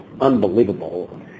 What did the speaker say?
unbelievable